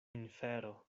infero